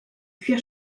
cuir